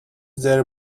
there